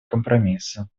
компромисса